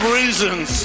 reasons